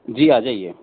جی آ جائیے